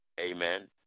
amen